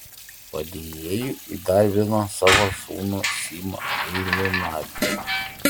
padėjėju įdarbino savo sūnų simą eilunavičių